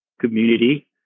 community